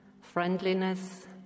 friendliness